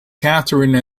katherine